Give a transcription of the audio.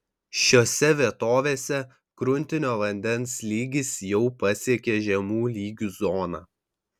šiose vietovėse gruntinio vandens lygis jau pasiekė žemų lygių zoną